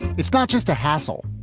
it's not just a hassle.